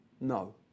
No